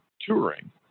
touring